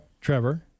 Trevor